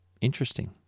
Interesting